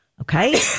Okay